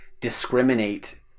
discriminate